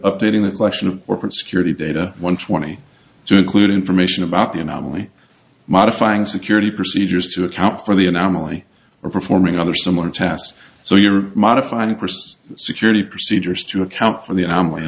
updating the collection of corporate security data one twenty two include information about the anomaly modifying security procedures to account for the anomaly or performing other similar tasks so your modify necrosis security procedures to account for the anomaly in